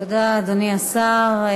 תודה, אדוני השר.